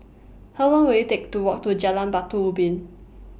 How Long Will IT Take to Walk to Jalan Batu Ubin